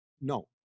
No